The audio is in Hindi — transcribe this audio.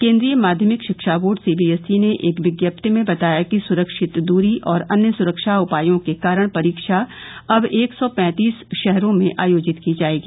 केंद्रीय माध्यमिक शिक्षा बोर्ड सीबीएसई ने एक विज्ञप्ति में बताया कि सुरक्षित दूरी और अन्य सुरक्षा उपायों के कारण परीक्षा अब एक सौ पैंतीस शहरों में आयोजित की जाएगी